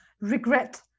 regret